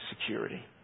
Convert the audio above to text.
security